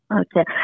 Okay